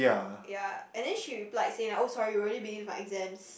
ya and then she replied saying that oh sorry we really busy with my exams